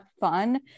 fun